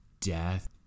death